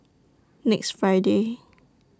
next Friday